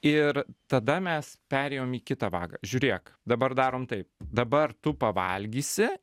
ir tada mes perėjom į kitą vagą žiūrėk dabar darom taip dabar tu pavalgysi